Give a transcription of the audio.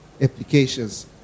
applications